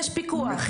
יש פיקוח,